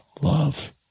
love